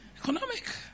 Economic